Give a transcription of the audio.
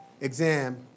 exam